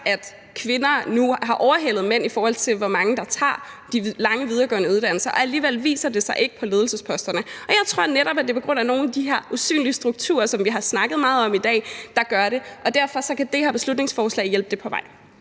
at kvinder nu har overhalet mænd, i forhold til hvor mange der tager de lange videregående uddannelser, og alligevel viser det sig ikke på ledelsesposterne. Jeg tror netop, det er på grund af nogle af de her usynlige strukturer, som vi har snakket meget om i dag, og derfor kan det her beslutningsforslag hjælpe det på vej.